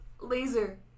Laser